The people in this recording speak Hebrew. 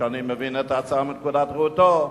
ואני מבין את ההצעה מנקודת ראותו,